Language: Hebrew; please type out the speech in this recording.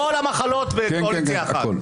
כל המחלות בקואליציה אחת.